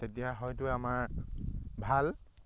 তেতিয়া হয়তো আমাৰ ভাল